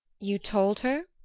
you told her?